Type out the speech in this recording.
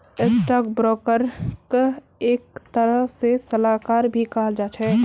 stock ब्रोकरक एक तरह से सलाहकार भी कहाल जा छे